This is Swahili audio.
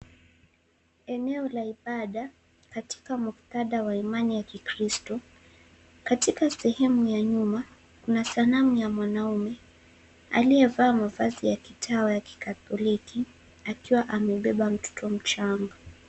Eneo la ibada, katika muktadha wa imani ya kikristo. Katika sehemu ya nyuma kuna sanamu ya mwanamume aliyevaa mavazi ya kitawa ya kikatoliki, akiwa amebeba mtoto mchanga.